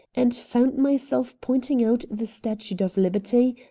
and found myself pointing out the statue of liberty,